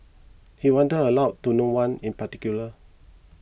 he wondered aloud to no one in particular